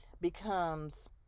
becomes